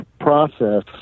process